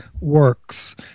works